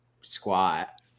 squat